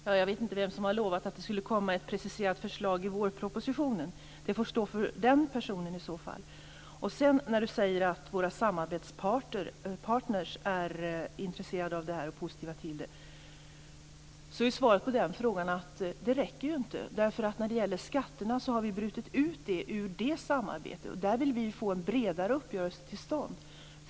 Fru talman! Jag vet inte vem som har lovat att det skulle komma ett preciserat förslag i vårpropositionen. Det får stå för den personen i så fall. Sedan säger Caroline Hagström att våra samarbetspartner är intresserade och positiva till detta. Men det räcker ju inte. Vi har brutit ut skatterna ur det samarbetet. Där vill vi få en bredare uppgörelse till stånd.